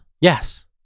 Yes